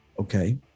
Okay